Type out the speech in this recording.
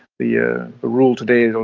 the ah the rule today,